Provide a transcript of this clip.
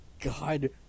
god